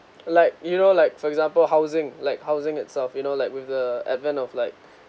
like you know like for example housing like housing it's of you know like with the advent of like